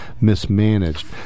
mismanaged